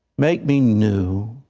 make me new